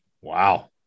Wow